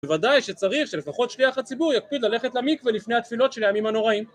בוודאי שצריך שלפחות שליח הציבור יקפיד ללכת למיקווה לפני התפילות של הימים הנוראים